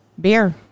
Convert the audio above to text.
Beer